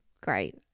great